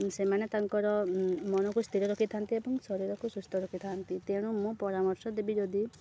ସେମାନେ ତାଙ୍କର ମନକୁ ସ୍ଥିର ରଖିଥାନ୍ତି ଏବଂ ଶରୀରକୁ ସୁସ୍ଥ ରଖିଥାନ୍ତି ତେଣୁ ମୁଁ ପରାମର୍ଶ ଦେବି ଯଦି